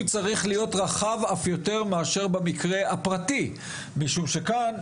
צריך להיות רחב אף יותר מאשר במקרה הפרטי משום שכאן,